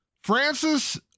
Francis